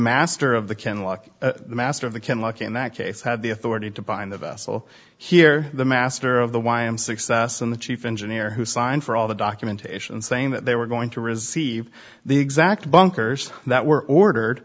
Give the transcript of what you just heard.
master of the can lock the master of the can lock in that case had the authority to bind the vessel here the master of the y m success and the chief engineer who signed for all the documentation saying that they were going to receive the exact bunkers that were ordered